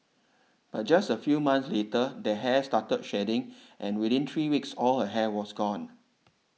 but just a few months later the hair started shedding and within three weeks all her hair was gone